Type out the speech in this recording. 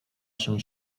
się